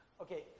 Okay